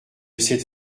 cette